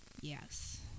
Yes